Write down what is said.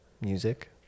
music